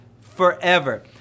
forever